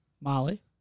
Molly